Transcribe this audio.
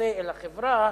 שיוצא אל החברה